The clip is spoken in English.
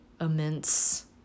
immense